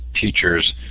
teachers